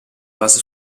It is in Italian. basa